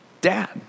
dad